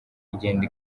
igenda